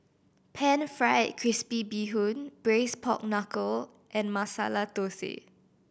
Pan Fried Crispy Bee Hoon Braised Pork Knuckle and Masala Thosai